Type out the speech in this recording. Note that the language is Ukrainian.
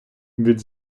від